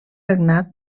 regnat